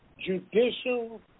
judicial